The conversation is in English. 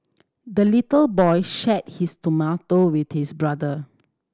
the little boy shared his tomato with his brother